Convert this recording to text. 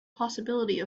possibility